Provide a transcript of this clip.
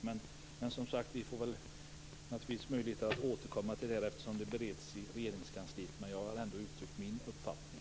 Men vi får naturligtvis möjligheter att återkomma till detta eftersom frågan bereds i Regeringskansliet. Jag har ändå uttryckt min uppfattning.